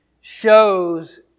shows